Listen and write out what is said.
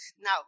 now